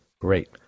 Great